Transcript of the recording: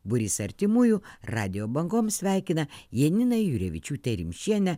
būrys artimųjų radijo bangoms sveikina janinai jurevičiūtę rimšienę